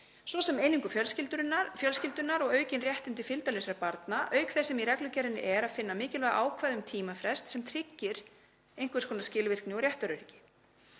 svo sem um einingu fjölskyldunnar og aukin réttindi fylgdarlausra barna, auk þess sem í reglugerðinni er að finna mikilvæg ákvæði um tímafrest sem tryggir einhvers konar skilvirkni og réttaröryggi.